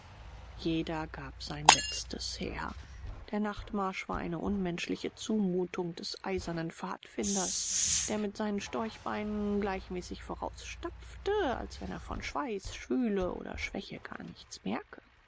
jeder gab sein letztes her der nachtmarsch war eine unmenschliche zumutung des eisernen pfadfinders der mit seinen storchbeinen gleichmäßig vorausstapfte als wenn er von schweiß schwüle oder schwäche gar nichts merke